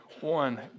one